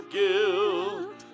guilt